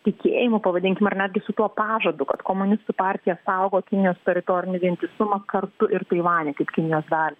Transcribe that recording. tikėjimu pavadinkim ar netgi su tuo pažadu kad komunistų partija saugo kinijos teritorinį vientisumą kartu ir taivanį kaip kinijos dalį